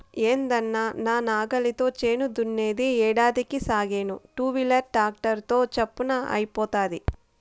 ఏందన్నా నా నాగలితో చేను దున్నేది ఏడికి సాగేను టూవీలర్ ట్రాక్టర్ తో చప్పున అయిపోతాది